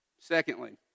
Secondly